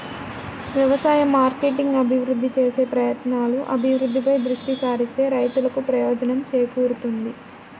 వ్యవసాయ మార్కెటింగ్ అభివృద్ధి చేసే ప్రయత్నాలు, అభివృద్ధిపై దృష్టి సారిస్తే రైతులకు ప్రయోజనం చేకూరుతుంది